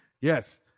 Yes